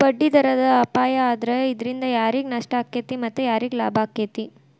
ಬಡ್ಡಿದರದ್ ಅಪಾಯಾ ಆದ್ರ ಇದ್ರಿಂದಾ ಯಾರಿಗ್ ನಷ್ಟಾಕ್ಕೇತಿ ಮತ್ತ ಯಾರಿಗ್ ಲಾಭಾಕ್ಕೇತಿ?